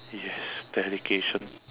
yes dedication